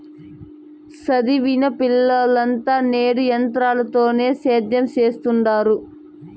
సదివిన పిలగాల్లంతా నేడు ఎంత్రాలతోనే సేద్యం సెత్తండారు